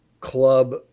club